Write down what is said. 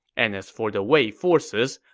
and as for the wei forces,